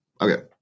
Okay